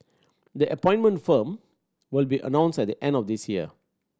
the appointed firm will be announced at the end of this year